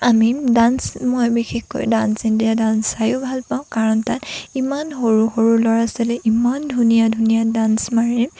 আমি ডান্স মই বিশেষকৈ ডান্স ইণ্ডিয়া ডান্স চায়ো ভাল পাওঁ কাৰণ তাত ইমান সৰু সৰু ল'ৰা ছোৱালীয়ে ইমান ধুনীয়া ধুনীয়া ডান্স মাৰে